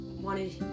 wanted